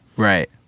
Right